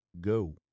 Go